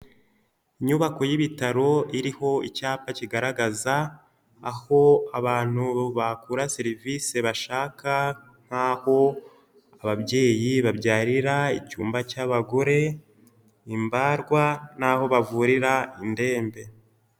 Inyubako y'ibitaro iriho icyapa kigaragaza aho abantu bakura service bashaka nk'aho ababyeyi babyarira icyumba cy'abagore, imbarwa, n'aho bavurira indembe.